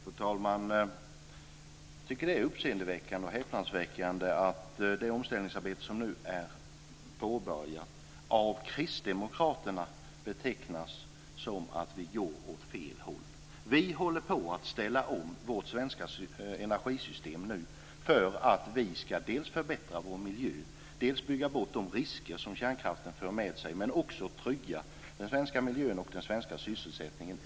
Fru talman! Jag tycker att det är uppseendeväckande och häpnadsväckande att kristdemokraterna betecknar det omställningsarbete som nu är påbörjat som att vi går åt fel håll. Vi håller nu på att ställa om vårt svenska energisystem, dels för att förbättra vår miljö, dels för att bygga bort de risker som kärnkraften för med sig men också för att trygga den svenska miljön och den svenska sysselsättningen.